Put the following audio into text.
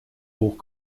hoch